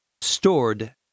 stored